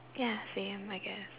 ya same I guess